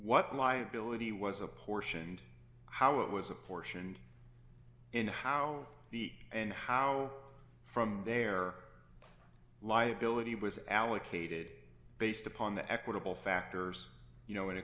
what liability was apportioned how it was apportioned in how the and how from their liability was allocated based upon the equitable factors you know in